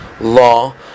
law